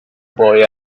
boy